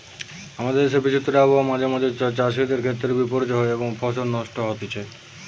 আমাদের দেশের বিচিত্র আবহাওয়া মাঁঝে মাঝে চাষিদের ক্ষেত্রে বিপর্যয় হয় এবং ফসল নষ্ট হতিছে